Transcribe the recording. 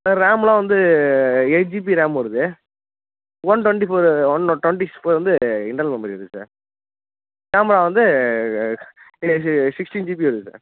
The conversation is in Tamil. இப்போ ரேம்லாம் வந்து எயிட் ஜிபி ரேம் வருது one twenty four one twenty இப்போ வந்து இன்ட்டர்னல் மெமரி இருக்குது சார் கேமரா வந்து சி சிக்ஸ்ட்டின் ஜிபி வருது சார்